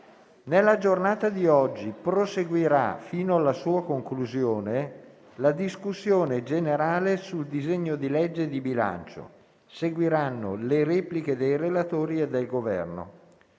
Nella giornata di oggi proseguirà, fino alla sua conclusione, la discussione generale sul disegno di legge di bilancio; seguiranno le repliche dei relatori e del Governo.